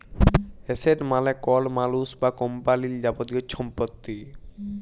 asset মালে কল মালুস বা কম্পালির যাবতীয় ছম্পত্তি